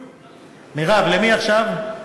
מרב, למי עכשיו?